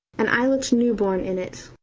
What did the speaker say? and i looked new-born in it.